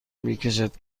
میکشد